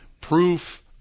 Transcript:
proof